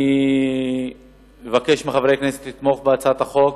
זה חוק מצוין.